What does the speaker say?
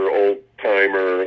old-timer